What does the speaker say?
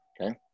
okay